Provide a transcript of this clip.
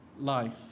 life